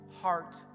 heart